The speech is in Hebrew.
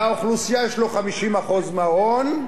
מהאוכלוסייה יש לו 50% מההון.